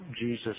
Jesus